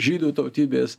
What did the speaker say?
žydų tautybės